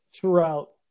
throughout